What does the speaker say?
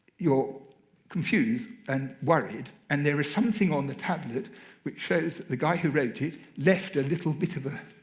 you're confused and worried. and there is something on the tablet which shows that the guy who wrote it left a little bit of a